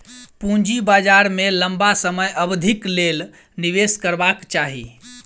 पूंजी बाजार में लम्बा समय अवधिक लेल निवेश करबाक चाही